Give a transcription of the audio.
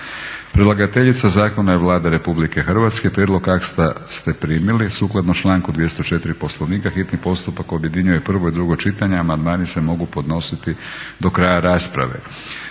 Predlagateljica Zakona je Vlada Republike Hrvatske. Prijedlog akta ste primili. Sukladno članku 204. Poslovnika hitni postupak objedinjuje prvo i drugo čitanje. A amandmani se mogu podnositi do kraja rasprave.